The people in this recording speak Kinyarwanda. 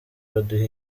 baduha